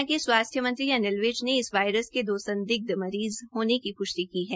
उधर हरियाणा के स्वास्थ्य मंत्री अनिल विज ने इस वायरस के दो संदिग्ध मरीज़ होने की प्ष्टि की है